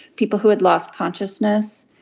people who had lost consciousness,